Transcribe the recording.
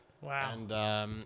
Wow